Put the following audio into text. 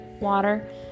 water